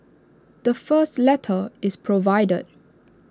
the first letter is provided